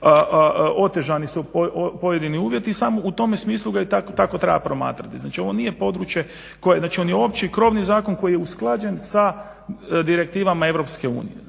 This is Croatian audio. otežani su pojedini uvjeti, u tome smislu ga tako treba promatrati. Znači ovo nije područje, znači oni opći zakon koji je usklađen sa direktivama Europske unije,